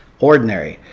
ordinary.